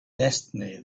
destiny